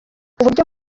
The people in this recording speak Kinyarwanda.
uburyo